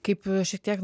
kaip šitiek